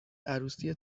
عروسی